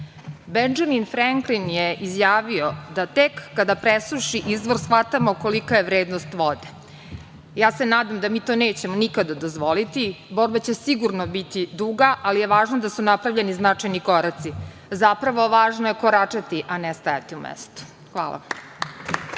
bombu. Bendžamin Frenklin je izjavio da tek kada presuši izvor shvatamo kolika je vrednost vode. Nadam se da mi to nećemo nikada dozvoliti. Borba će sigurno biti duga, ali je važno da su napravljeni značajni koraci. Zapravo, važno je koračati, a ne stajati u mestu. Hvala.